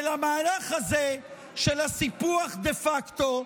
והמהלך הזה של הסיפוח דה פקטו,